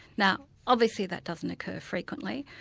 now obviously that doesn't occur frequently.